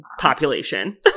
population